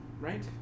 right